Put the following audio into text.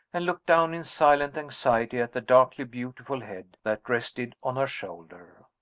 and looked down in silent anxiety at the darkly beautiful head that rested on her shoulder.